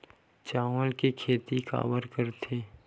चावल के खेती काबर करथे?